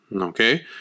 Okay